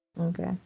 Okay